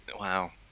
Wow